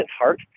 heart